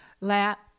lap